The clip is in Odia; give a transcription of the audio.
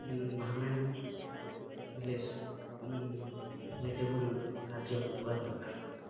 ଏନ୍ଭରମେଣ୍ଟ ଲେସ୍ କାର୍ଯ୍ୟ କରିବା ଦରକାର୍